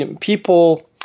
people